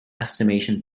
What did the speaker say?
estimation